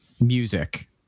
music